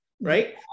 Right